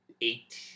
eight